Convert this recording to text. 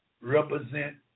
represent